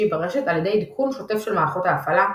ברשת על ידי עדכון שוטף של מערכות ההפעלה,